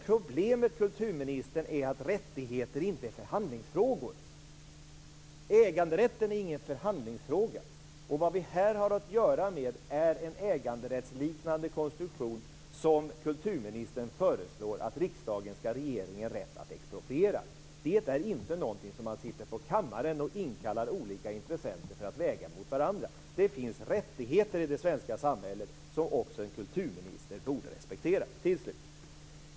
Problemet, kulturministern, är att rättigheter inte är förhandlingsfrågor. Äganderätten är ingen förhandlingsfråga. Vad vi här har att göra med är en äganderättsliknande konstruktion som kulturministern föreslår att riksdagen skall ge regeringen rätt att expropriera. Det är inte något man inkallar olika intressenter till för att vägas mot varandra. Det finns rättigheter i det svenska samhället som också en kulturminister borde respektera.